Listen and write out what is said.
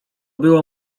było